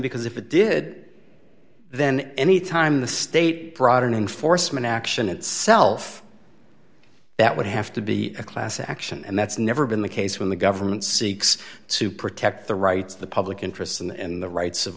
because if it did then anytime the state broadening foresman action itself that would have to be a class action and that's never been the case when the government seeks to protect the rights of the public interest and the rights of